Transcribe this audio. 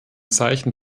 zeichen